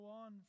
on